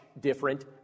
different